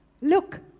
look